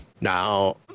now